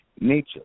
Nature